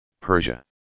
Persia